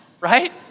right